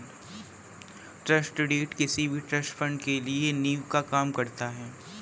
trust deed किसी भी trust fund के लिए नीव का काम करता है